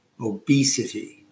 obesity